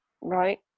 right